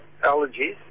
allergies